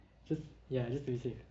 just ya just to be safe